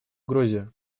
угрозе